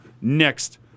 Next